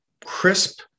crisp